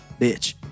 bitch